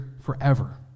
forever